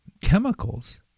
chemicals